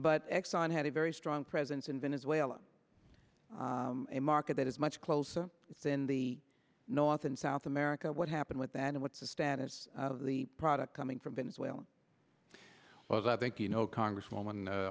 but exxon had a very strong presence in venezuela a market that is much closer than the north and south america what happened with that and what's the status of the product coming from venezuela was i think you know congresswoman